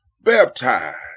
baptized